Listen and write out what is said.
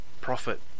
prophet